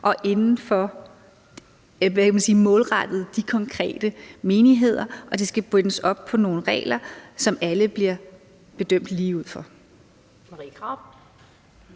sige – målrettet de konkrete menigheder, og det skal bindes op på nogle regler, som alle bliver bedømt lige ud fra.